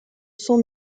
son